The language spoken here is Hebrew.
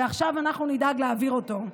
ועכשיו אנחנו נדאג להעביר אותו.